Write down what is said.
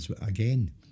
again